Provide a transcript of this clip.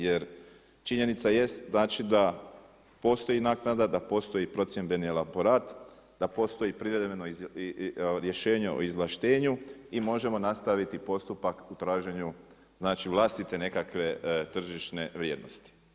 Jer činjenica jest znači da postoji naknada, da postoji procjendbeni elaborat, da postoji … rješenje o izvlaštenju i možemo nastaviti postupak u traženju vlastite nekakve tržišne vrijednosti.